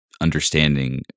understanding